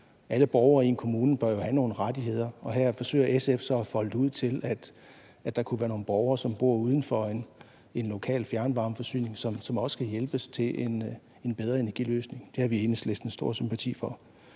Alle borgere i en kommune bør jo have nogle rettigheder, og her forsøger SF så at folde det ud i forhold til, at der kunne være nogle borgere, som bor uden for en lokal fjernvarmeforsyning, og som også skal hjælpes til en bedre energiløsning. Det har vi i Enhedslisten stor sympati for,